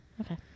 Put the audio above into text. Okay